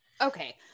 Okay